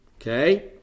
okay